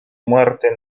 muerte